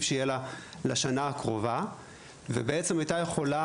שיהיה לה לשנה הקרובה ובעצם הייתה יכולה,